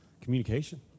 communication